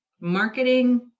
marketing